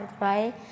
right